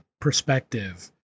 perspective